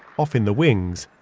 off in the wings,